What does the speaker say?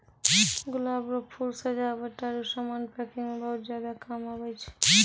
गुलाब रो फूल सजावट आरु समान पैकिंग मे बहुत ज्यादा काम आबै छै